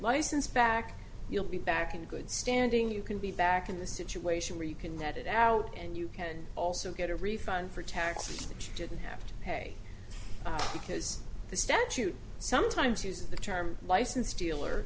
license back you'll be back in good standing you can be back in the situation where you can get it out and you can also get a refund for taxes that you didn't have to pay because the statute sometimes uses the term license dealer